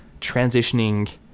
transitioning